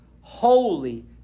holy